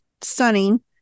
stunning